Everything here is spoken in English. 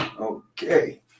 Okay